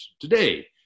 today